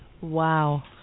Wow